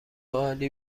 عالی